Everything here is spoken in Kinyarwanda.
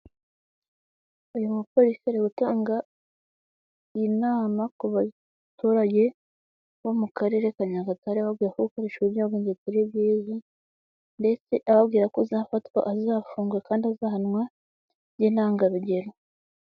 Uyu mupolisi ari gutanga inama ku baturage bo mu karere ka Nyagatare, ababwira ko gu gukoreshasho ibyobyabwenge atari byiza, ndetse ababwira ko uzafatwa azafungwa kandi azahanwa by'intangarugero.